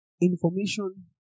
information